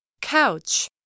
Couch